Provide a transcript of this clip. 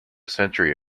century